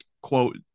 quote